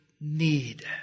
need